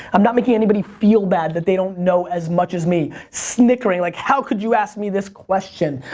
i'm not making anybody feel bad that they don't know as much as me, snickering like, how could you ask me this question,